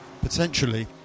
potentially